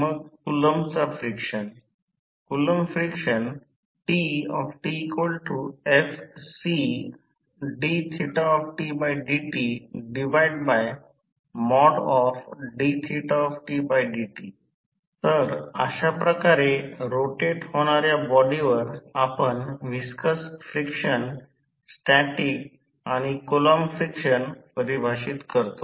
मग कुलॉंमचा friction Coulomb friction TtFcdθdtdθdt तर अशा प्रकारे रोटेट होणाऱ्या बॉडीवर आपण व्हिस्कस फ्रॅक्शन स्टॅटिक आणि कुलॉंम फ्रिक्शन परिभाषित करतो